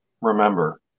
remember